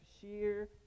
sheer